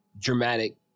dramatic